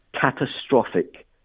catastrophic